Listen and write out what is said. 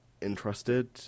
interested